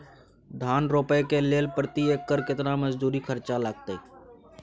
धान रोपय के लेल प्रति एकर केतना मजदूरी खर्चा लागतेय?